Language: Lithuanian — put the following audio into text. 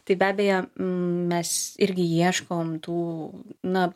tai be abejo mes irgi ieškom tų na